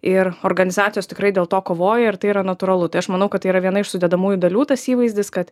ir organizacijos tikrai dėl to kovoja ir tai yra natūralu tai aš manau kad tai yra viena iš sudedamųjų dalių tas įvaizdis kad